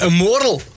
Immortal